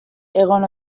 egon